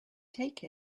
take